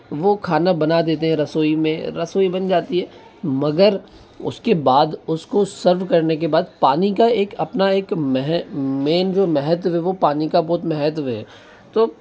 वो खाना बना देते हैं रसोई में रसोई बन जाती है मगर उसके बाद उसको सर्व करने के बाद पानी का एक अपना एक मेन जो महत्व है वो पानी का बहुत महत्व है तो